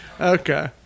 Okay